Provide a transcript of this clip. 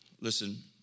Listen